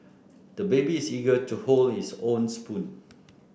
the baby is eager to hold his own spoon